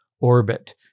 orbit